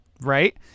right